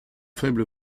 faible